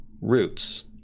Roots